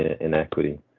inequity